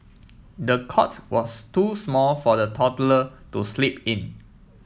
the cot was too small for the toddler to sleep in